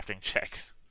checks